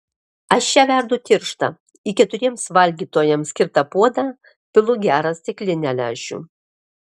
aš ją verdu tirštą į keturiems valgytojams skirtą puodą pilu gerą stiklinę lęšių